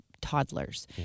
toddlers